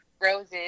roses